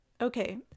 Okay